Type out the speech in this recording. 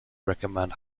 recommend